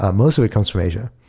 ah most of it comes from asia.